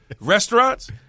Restaurants